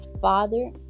father